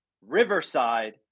Riverside